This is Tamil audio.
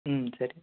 ம் சரி